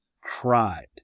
cried